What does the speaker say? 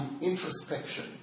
introspection